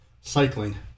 Cycling